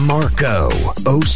Marco